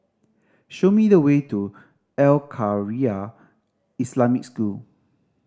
show me the way to Al Khairiah Islamic School